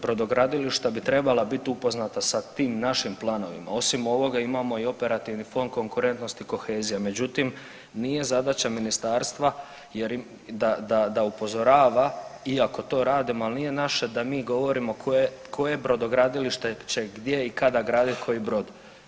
Brodogradilišta bi trebala biti upoznata sa tim našim planovima, osim ovoga imamo i Operativni fond Konkurentnost i kohezija, međutim nije zadaća ministarstva jer da upozorava, iako to radimo, ali nije naše da mi govorimo koje brodogradilište će gdje i kada graditi koji brod.